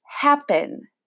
happen